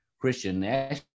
Christian